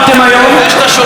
חבר הכנסת לוי,